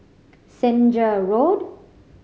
Senja Road